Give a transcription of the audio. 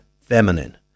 feminine